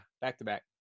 back-to-back